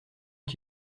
que